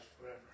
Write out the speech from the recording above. forever